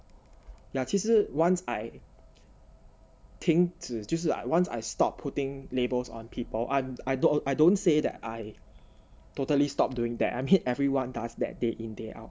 yeah 其实 once I 停止就是 like once I stop putting labels on people and I don't I don't say that I totally stopped doing that I'm everyone does that day in day out